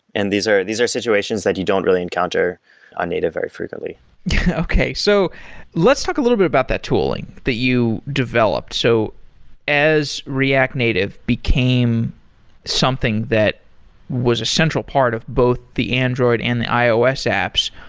and these are these are situations that you don't really encounter on native very frequently okay. so let's talk a little bit about that tooling that you developed. so as react native became something that was a central part of both the android and the ios apps,